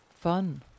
fun